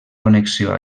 connexió